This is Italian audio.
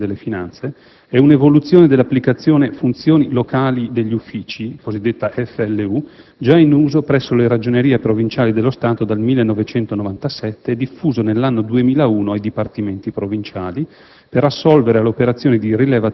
di proprietà del Ministero dell'economia e delle finanze, è un'evoluzione dell'applicazione Funzioni Locali degli Uffici (cosiddetta FLU), già in uso presso le Ragionerie provinciali dello Stato dal 1997 e diffusa nell'anno 2001 ai Dipartimenti provinciali,